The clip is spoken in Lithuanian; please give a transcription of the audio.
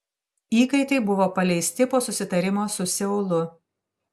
įkaitai buvo paleisti po susitarimo su seulu